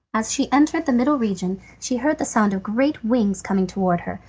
as she entered the middle region she heard the sound of great wings coming towards her,